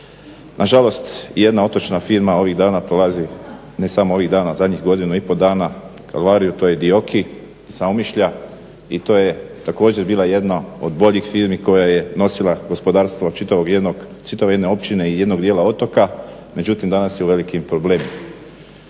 Nažalost, jedna otočna firma ovih dana prolazi, ne samo ovih dana zadnjih godinu i pol dana, to je DIOKI sa Omišlja i to je također bila jedna od boljih firmi koja je nosila gospodarstvo čitave jedne općine i jednog dijela otoka. Međutim, danas je u velikim problemima.